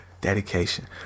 Dedication